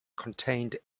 contained